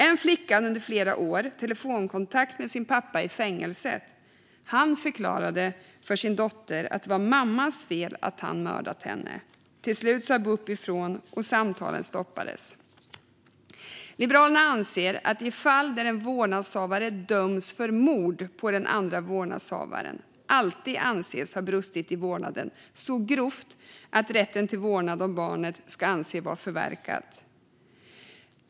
En flicka hade under flera år telefonkontakt med sin pappa i fängelset. Han förklarade för sin dotter att det var mammans fel att han mördade henne. Till slut sa bup ifrån, och samtalen stoppades. Liberalerna anser att i de fall där en vårdnadshavare döms för mord på den andra vårdnadshavaren ska den som döms alltid anses ha brustit i vårdnaden så grovt att rätten till vårdnad om barnet ska anses förverkad.